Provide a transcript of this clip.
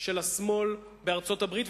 של השמאל בארצות-הברית.